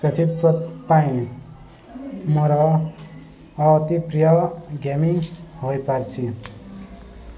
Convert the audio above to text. ସେଥିପାଇଁ ପାଇଁ ମୋର ଅତିପ୍ରିୟ ଗେମିଂ ହୋଇପାରିଛି